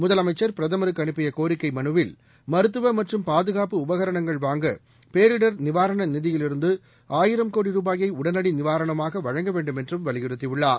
முதலமைச்சா் பிரதமருக்கு அனுப்பிய கோரிக்கை மனுவில் மருத்துவ மற்றும் பாதுகாப்பு உபகரணங்கள் வாங்க பேரிடர் நிவாரண நிதியிவிருந்து ஆயிரம் கோடி ரூபாயை உடனடி நிவாரணமாக வழங்க வேண்டுமென்றும் வலியுறுத்தியுள்ளார்